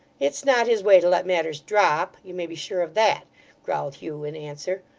it's not his way to let matters drop, you may be sure of that growled hugh in answer.